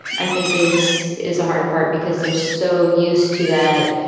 i think is is a hard part because they're so used to that,